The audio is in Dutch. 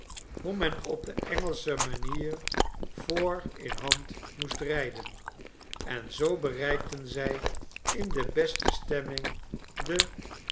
hoe men op engelsche manier four in hand moest rijden en zoo bereikten zij in de beste stemming de